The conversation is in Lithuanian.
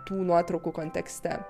tų nuotraukų kontekste